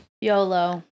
YOLO